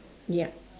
ya